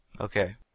Okay